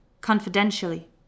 confidentially